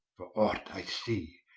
for ought i see,